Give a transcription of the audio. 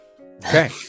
Okay